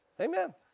Amen